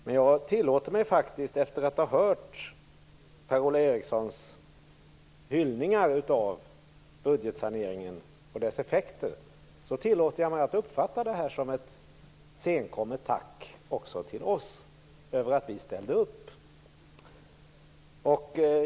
Men jag tillåter mig faktiskt, efter att ha hört Per-Ola Erikssons hyllningar av budgetsaneringen och dess effekter, att uppfatta det som ett senkommet tack också till oss för att vi ställde upp.